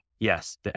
Yes